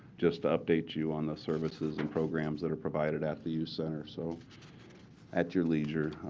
just to update you on the services and programs that are provided at the youth center. so at your leisure,